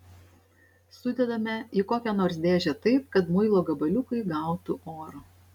sudedame į kokią nors dėžę taip kad muilo gabaliukai gautų oro